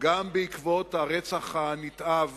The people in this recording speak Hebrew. בעקבות הרצח הנתעב